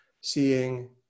seeing